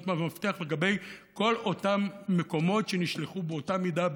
המפתח לגבי כל אותם מקומות שנשלחו באותה מידה,